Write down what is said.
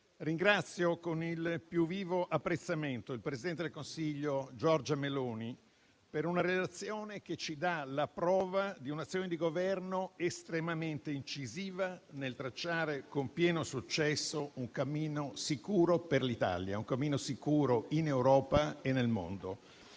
ringrazio con il più vivo apprezzamento il presidente del Consiglio Giorgia Meloni per una relazione che ci dà la prova di un'azione di Governo estremamente incisiva nel tracciare con pieno successo un cammino sicuro per l'Italia, un cammino sicuro in Europa e nel mondo.